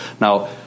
Now